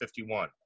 51